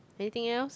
anything else